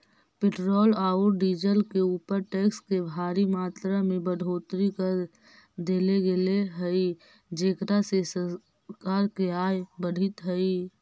petrol औउर diesel के ऊपर टैक्स के भारी मात्रा में बढ़ोतरी कर देले गेल हई जेकरा से सरकार के आय बढ़ीतऽ हई